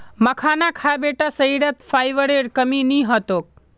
मखाना खा बेटा शरीरत फाइबरेर कमी नी ह तोक